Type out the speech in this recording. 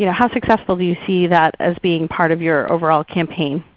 you know how successful do you see that as being part of your overall campaign?